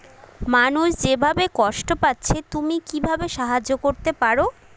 মানুষ যেভাবে কষ্ট পাচ্ছে তুমি কীভাবে সাহায্য করতে পারো